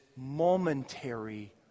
Momentary